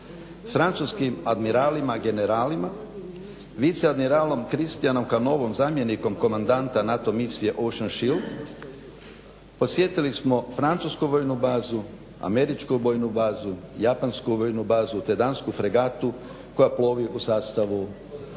francuskim admiralima i generalima, viceadmiralom Christianom Canovom zamjenikom komandanta NATO misije Ocean Shield, posjetili smo francusku vojnu bazu, američku vojnu bazu, japansku vojnu bazu te dansku fregatu koja plovi u sastavu